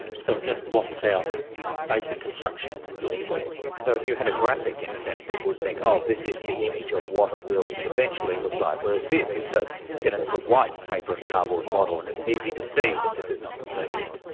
so it just blocks out basic construction and built form. so if you had a graphic, in a sense, people would think, oh, this is the image of what it will eventually look like, whereas this, it's ah you know a white paper and cardboard model and it's easy to see that this is not completed.